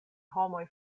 homoj